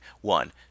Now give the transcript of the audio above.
One